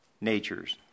natures